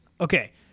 okay